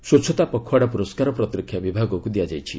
ସ୍ୱଚ୍ଛତା ପଖୱାଡା ପୁରସ୍କାର ପ୍ରତିରକ୍ଷା ବିଭାଗକୁ ଦିଆଯାଇଛି